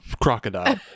crocodile